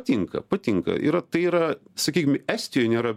tinka patinka yra tai yra sakykim estijoje nėra